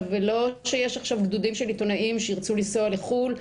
זה לא שיש עכשיו גדודים של עיתונאים שירצו לנסוע לחו"ל.